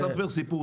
אל תספר סיפורים.